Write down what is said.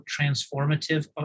transformative